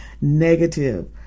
negative